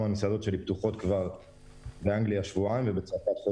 במדינות אלו המסעדות שלי פתוחות כבר שבועיים וחצי.